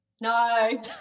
No